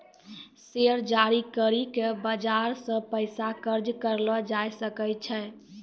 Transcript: share जारी करि के बजारो से पैसा कर्जा करलो जाय सकै छै